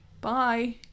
Bye